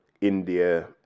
India